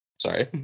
sorry